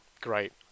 Great